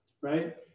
right